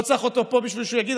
לא צריך אותו פה בשביל שהוא יגיד,